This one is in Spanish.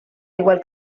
igual